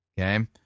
Okay